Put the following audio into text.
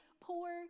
poor